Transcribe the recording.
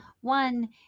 One